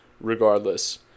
regardless